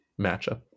matchup